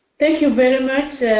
thank you very much.